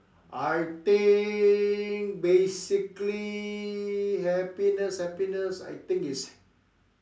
I think basically happiness happiness I think is